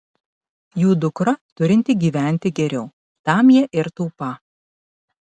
jų dukra turinti gyventi geriau tam jie ir taupą